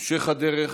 בהמשך הדרך